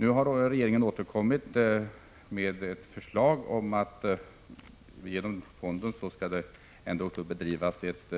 Nu har regeringen återkommit med ett förslag om att genom fonden ändå skulle bedrivas ett